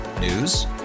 news